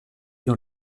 dans